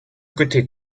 côté